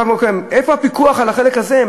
איפה הפיקוח על החלק הזה?